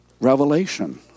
revelation